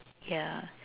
yeah